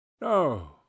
no